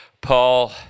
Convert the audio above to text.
Paul